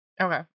Okay